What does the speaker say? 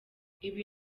ibi